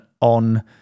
on